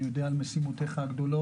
אני יודע על משימותיך הגדולות,